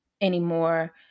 anymore